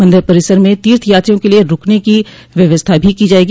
मंदिर परिसर में तीर्थयात्रियों के लिये रूकने की व्यवस्था भी की जायेगी